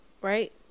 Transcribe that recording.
Right